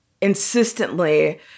insistently